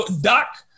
Doc